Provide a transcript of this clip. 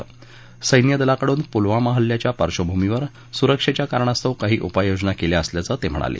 तसंच सैन्यदलाकडून पुलवामा हल्ल्याच्या पार्धभूमीवर सुरक्षेच्या कारणास्तव काही उपाययोजना केल्या असल्याचं त्यांनी सांगितलं